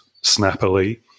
Snappily